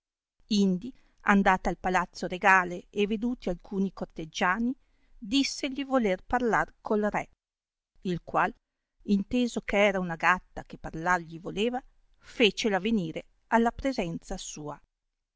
indi andata al palazzo regale e veduti alcuni corteggiani dissegli voler parlar col re il qual inteso che era una gatta che parlar gli voleva fecela venire alla presenza sua